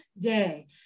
day